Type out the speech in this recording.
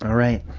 right.